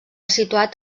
situat